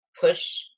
push